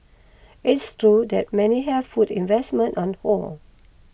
it's true that many have put investment on hold